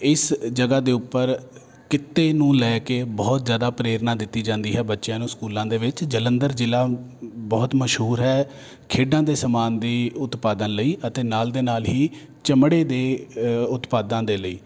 ਇਸ ਜਗ੍ਹਾ ਦੇ ਉੱਪਰ ਕਿੱਤੇ ਨੂੰ ਲੈ ਕੇ ਬਹੁਤ ਜ਼ਿਆਦਾ ਪ੍ਰੇਰਨਾ ਦਿੱਤੀ ਜਾਂਦੀ ਹੈ ਬੱਚਿਆਂ ਨੂੰ ਸਕੂਲਾਂ ਦੇ ਵਿੱਚ ਜਲੰਧਰ ਜ਼ਿਲ੍ਹਾ ਬਹੁਤ ਮਸ਼ਹੂਰ ਹੈ ਖੇਡਾਂ ਦੇ ਸਮਾਨ ਦੀ ਉਤਪਾਦਨ ਲਈ ਅਤੇ ਨਾਲ ਦੇ ਨਾਲ ਹੀ ਚਮੜੇ ਦੇ ਉਤਪਾਦਾਂ ਦੇ ਲਈ